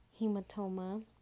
hematoma